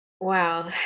Wow